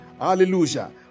hallelujah